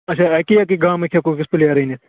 اچھا اَکی اَکی گامٕکۍ ہیٚکو أسۍ پٕلَیر أنِتھ